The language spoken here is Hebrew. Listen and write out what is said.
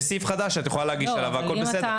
יש סעיף חדש שאת יכולה להגיש והכול בסדר.